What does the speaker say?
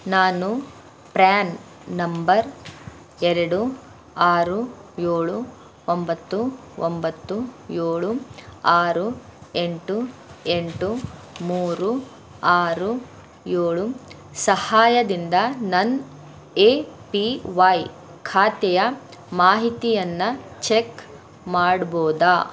ನಾನು PRAN number ಎರಡು ಆರು ಏಳು ಒಂಬತ್ತು ಒಂಬತ್ತು ಏಳು ಆರು ಎಂಟು ಎಂಟು ಮೂರು ಆರು ಏಳು ಸಹಾಯದಿಂದ ನನ್ನ ಎ ಪಿ ವೈ ಖಾತೆಯ ಮಾಹಿತಿಯನ್ನು ಚೆಕ್ ಮಾಡ್ಬೋದಾ